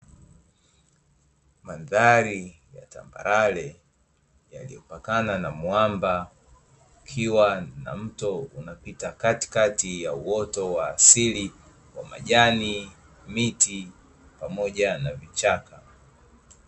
Mandhari ya tambarare yaliyopakana na mwamba, kukiwa na mto unapita katikati ya uoto wa asili wa majani, miti pamoja na vichaka.